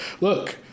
Look